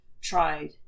tried